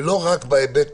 ולא רק בהיבט